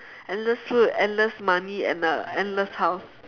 endless food endless money and a endless house